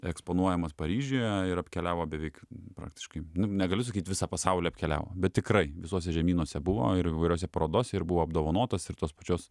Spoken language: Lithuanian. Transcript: eksponuojamas paryžiuje ir apkeliavo beveik praktiškai nu negaliu sakyt visą pasaulį apkeliavo bet tikrai visuose žemynuose buvo ir įvairiose parodose ir buvo apdovanotas ir tos pačios